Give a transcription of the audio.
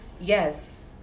yes